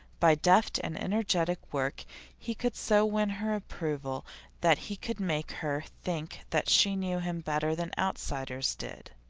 by deft and energetic work he could so win her approval that he could make her think that she knew him better than outsiders did.